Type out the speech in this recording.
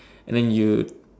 and then you